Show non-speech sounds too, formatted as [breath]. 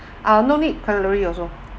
[breath] ah no need cutleries also